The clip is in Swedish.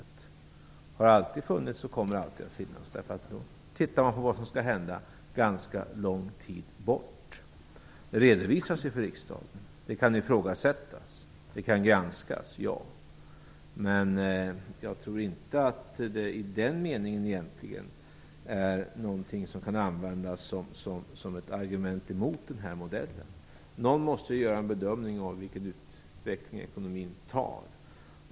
Det har det alltid funnits och kommer alltid att finnas eftersom man tittar på vad som skall hända under ganska lång tid framåt. Den redovisas för riksdagen. Den kan ifrågasättas och granskas, men jag tror inte att det i den meningen är något som kan användas som ett argument emot den här modellen. Någon måste göra en bedömning av vilken utveckling ekonomin tar.